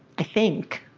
i think.